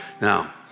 Now